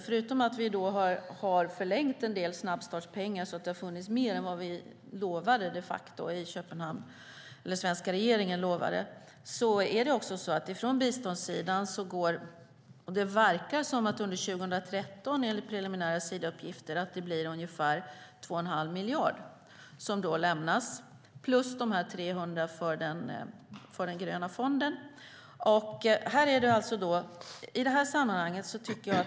Förutom att vi har förlängt en del snabbstartspengar så att det har funnits mer än svenska regeringen lovade i Köpenhamn ser det enligt preliminära Sidauppgifter ut att bli ungefär 2 1⁄2 miljard år 2013 som lämnas plus de 300 miljonerna till den gröna fonden.